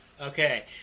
Okay